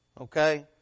okay